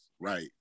Right